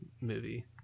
movie